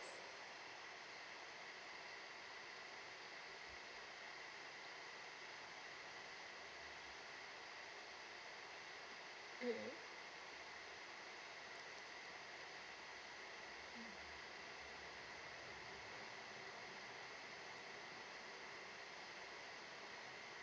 mm